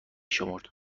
شمرد